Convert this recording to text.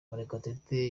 murekatete